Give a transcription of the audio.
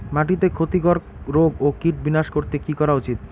মাটিতে ক্ষতি কর রোগ ও কীট বিনাশ করতে কি করা উচিৎ?